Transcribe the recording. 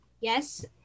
Yes